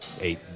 eight